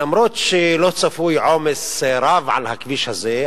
למרות שלא צפוי עומס רב על הכביש הזה,